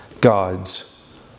God's